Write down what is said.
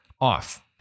off